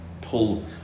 pull